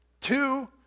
Two